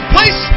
Place